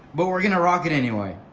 but we're gonna rock it anyway.